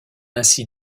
ainsi